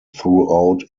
throughout